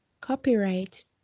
Copyright